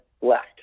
left